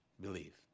believe